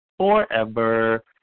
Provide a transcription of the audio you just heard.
forever